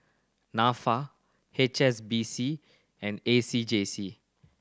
Nafa H S B C and A C J C